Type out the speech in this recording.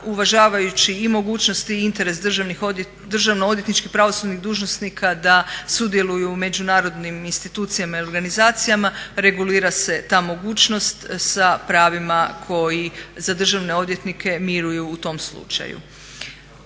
uvažavajući i mogućnost i interes državno-odvjetničkih pravosudnih dužnosnika da sudjeluju u međunarodnim institucijama i organizacijama regulira se ta mogućnost sa pravima koji za državne odvjetnike miruju u tom slučaju.